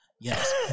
Yes